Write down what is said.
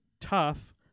tough